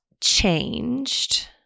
changed